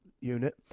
unit